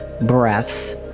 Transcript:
breaths